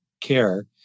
care